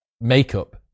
makeup